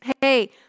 hey